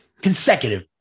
consecutive